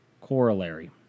Corollary